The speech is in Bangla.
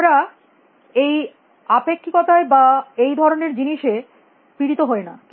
আমরা এই আপেক্ষিকতায় বা এই ধরনের জিনিসে পীড়িত হই না